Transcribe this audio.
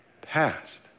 past